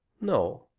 no.